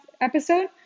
episode